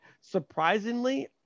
Surprisingly